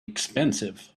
expensive